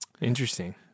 Interesting